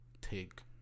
take